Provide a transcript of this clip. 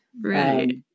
right